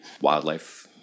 wildlife